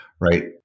right